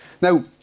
Now